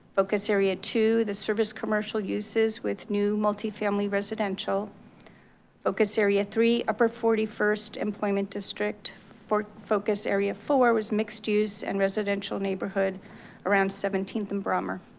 focus area two the service commercial uses with new multifamily residential focus area three upper forty first employment district focus area four was mixed use and residential neighborhood around seventeenth and brommer.